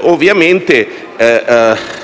Ovviamente,